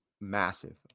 massive